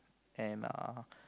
and err